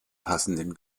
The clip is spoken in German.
passenden